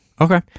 Okay